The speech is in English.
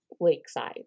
Lakeside